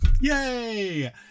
Yay